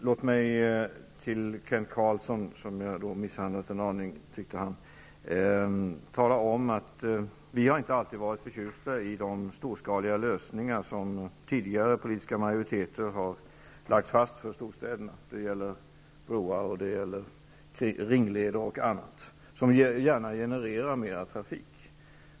Låt mig för Kent Carlsson, som tyckte att jag en aning hade misshandlat honom, tala om att vi inte alltid har varit förtjusta i de storskaliga lösningar som tidigare politiska majoriteter har lagt fast för storstäderna. Det gäller broar, ringleder och annat sådant, som gärna genererar mera trafik.